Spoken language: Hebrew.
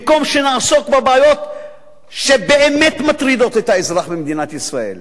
במקום שנעסוק בבעיות שבאמת מטרידות את האזרח במדינת ישראל